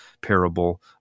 parable